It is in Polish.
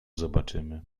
zobaczymy